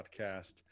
podcast